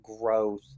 growth